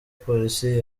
polisi